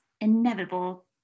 inevitable